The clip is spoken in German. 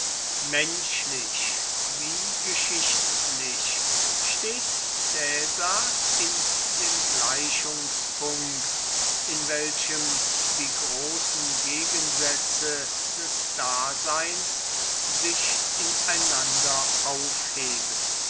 menschlich wie geschichtlich steht caesar in dem gleichungspunkt in welchem die großen gegensätze des daseins sich ineinander aufheben